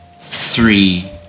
three